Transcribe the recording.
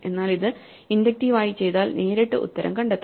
എന്നാൽ ഇത് ഇൻഡക്ടീവ്വ് ആയി ചെയ്താൽ നേരിട്ട് ഉത്തരം കണ്ടെത്താം